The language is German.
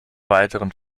weiteren